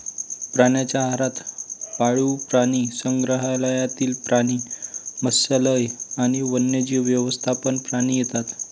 प्राण्यांच्या आहारात पाळीव प्राणी, प्राणीसंग्रहालयातील प्राणी, मत्स्यालय आणि वन्यजीव व्यवस्थापन प्राणी येतात